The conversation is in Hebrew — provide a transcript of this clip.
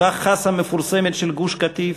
אותה חסה מפורסמת של גוש-קטיף,